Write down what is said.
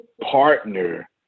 partner